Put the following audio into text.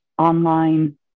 online